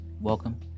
welcome